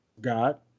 God